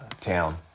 town